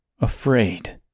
afraid